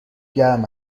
گرم